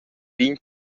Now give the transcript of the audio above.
pign